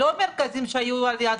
בעתיד